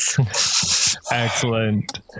Excellent